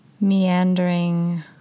meandering